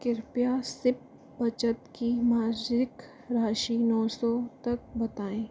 कृपया सिप बचत की मासिक राशि नौ सौ तक बताएँ